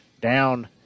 down